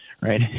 Right